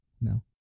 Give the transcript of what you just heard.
no